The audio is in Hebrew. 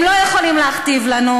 הם לא יכולים להכתיב לנו,